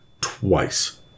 twice